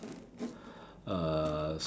uh